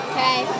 Okay